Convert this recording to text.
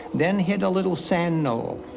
then, hit a little sand knoll.